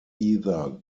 either